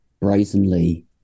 brazenly